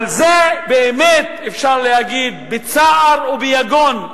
לרגל חקיקת החוק הזה אפשר להגיד: בצער וביגון,